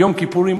יום כיפורים.